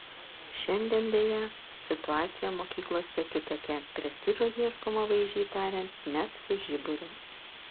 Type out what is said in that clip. šiandien deja situacija mokyklose kitokia prestižo ieškoma vaizdžiai tariant net su žiburiu